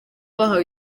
bahawe